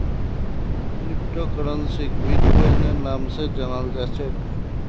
crypto करन्सीक बिट्कोइनेर नाम स जानाल जा छेक